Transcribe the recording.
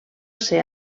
ser